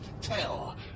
tell